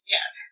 Yes